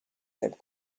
cette